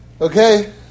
Okay